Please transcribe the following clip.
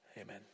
amen